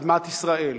אדמת ישראל.